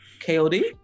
KOD